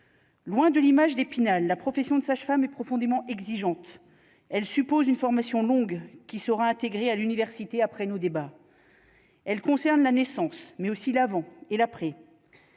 Loin de l'image d'Epinal, la profession de sage-femme et profondément exigeante, elle suppose une formation longue, qui sera intégré à l'université après nos débats, elle concerne la naissance mais aussi l'avant et l'après,